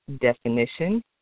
definition